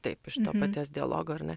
taip iš to paties dialogo ar ne